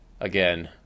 again